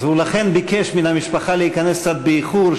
אז לכן הוא ביקש מן המשפחה להיכנס קצת באיחור,